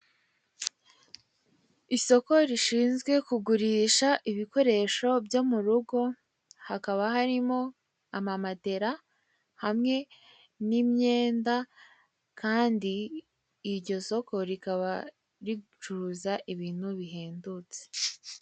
Isoko rishinzwe kugurisha ibikoresho byo mu rugo, hakaba harimo; ama matera hamwe n'imyenda, kandi iryo soko rikaba ricuruza ibintu bihendutse.